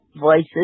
voices